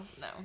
No